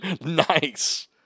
Nice